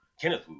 Kenneth